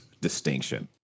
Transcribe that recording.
distinction